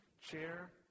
chair